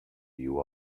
you